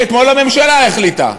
אתמול הממשלה החליטה,